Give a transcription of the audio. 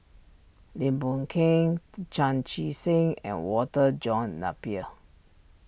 Lim Boon Keng Chan Chee Seng and Walter John Napier